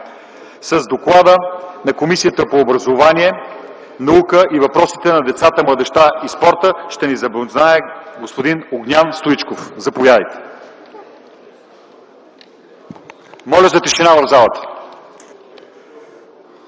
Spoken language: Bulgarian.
С доклада на Комисията по образованието, науката и въпросите на децата, младежта и спорта ще ни запознае господин Огнян Стоичков. Заповядайте. ДОКЛАДЧИК ОГНЯН